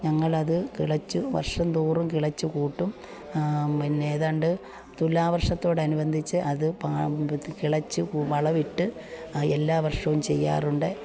ഞങ്ങളത് കിളച്ചു വർഷം തോറും കിളച്ചു കൂട്ടും പിന്നെ ഏതാണ്ട് തുലാവർഷത്തോടനുബന്ധിച്ച് അത് പാ ഇത് കിളച്ച് വളമിട്ട് എല്ലാ വർഷവും ചെയ്യാറുണ്ട്